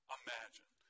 imagine